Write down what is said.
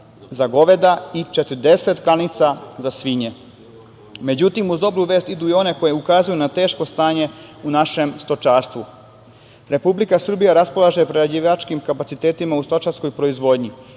i 40 klanica za svinje.Međutim, uz dobru vest idu i one koje ukazuju na teško stanje u našem stočarstvu. Republika Srbija raspolaže prerađivačkim kapacitetima u stočarskoj proizvodnji